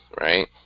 right